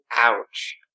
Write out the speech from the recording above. Ouch